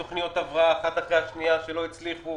תוכניות הבראה אחת אחרי השנייה שלא הצליחו,